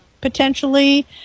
potentially